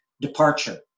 departure